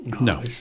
No